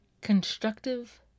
constructive